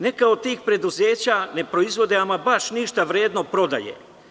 Neka od tih preduzeća ne proizvode ama baš ništa vredno od prodaje.